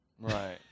Right